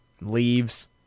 Leaves